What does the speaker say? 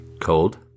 Cold